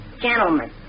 Gentlemen